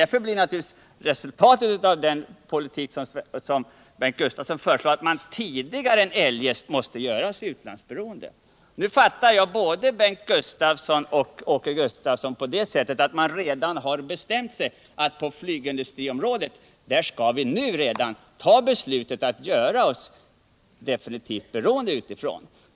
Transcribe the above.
Därför Försvarspolitiken, blir naturligtvis resultatet av den politik som Bengt Gustavsson föreslår att man tidigare än eljest måste göra sig utlandsberoende. Jag fattar både Bengt Gustavsson och Åke Gustavsson på det sättet att man har bestämt sig för att vi på flygindustriområdet redan nu skall fatta beslutet att göra oss definitivt utlandsberoende.